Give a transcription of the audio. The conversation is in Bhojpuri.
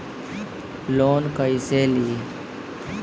लोन कईसे ली?